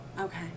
Okay